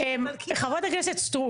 חברת הכנסת סטרוק.